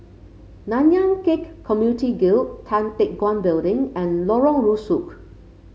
Nanyang Khek Community Guild Tan Teck Guan Building and Lorong Rusuk